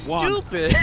stupid